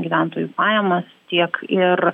gyventojų pajamas tiek ir